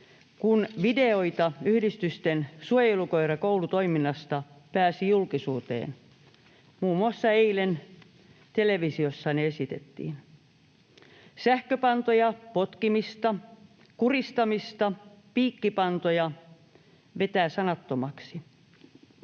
kun videoita yhdistysten suojelukoirakoulutoiminnasta pääsi julkisuuteen. Muun muassa eilen televisiossa ne esitettiin. Sähköpantoja, potkimista, kuristamista, piikkipantoja — vetää sanattomaksi.